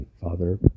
father